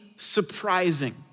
surprising